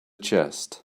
chest